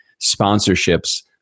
sponsorships